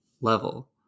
level